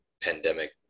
pandemic